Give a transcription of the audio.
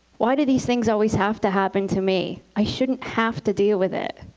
why do these things always have to happen to me? i shouldn't have to deal with it.